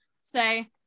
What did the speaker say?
say